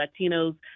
Latinos